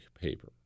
paper